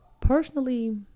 personally